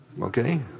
Okay